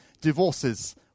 divorces